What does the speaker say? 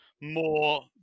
more